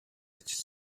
ажил